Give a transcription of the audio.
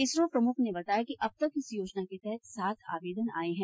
इसरो प्रमुख ने बताया कि अब तक इस योजना के तहत सात आवेदन आये हैं